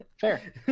Fair